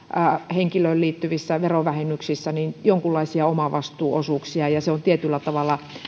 henkilöön liittyvissä verovähennyksissä jonkinlaisia omavastuuosuuksia ja se on tietyllä tavalla